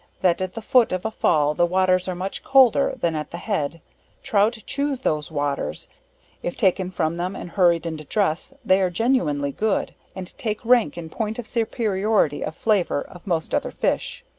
that at the foot of a fall the waters are much colder than at the head trout choose those waters if taken from them and hurried into dress, they are genuinely good and take rank in point of superiority of flavor, of most other fish.